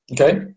Okay